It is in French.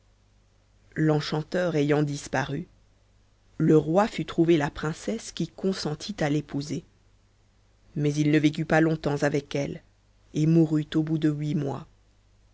l'enchanteur ayant disparu le roi fut trouver la princesse qui consentit à l'épouser mais il ne vécut pas longtemps avec elle et mourut au bout de huit mois